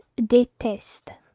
déteste